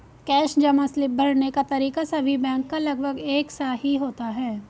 cash जमा slip भरने का तरीका सभी बैंक का लगभग एक सा ही होता है